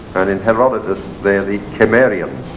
and in herodotus they are the kimmerains.